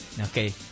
Okay